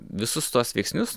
visus tuos veiksnius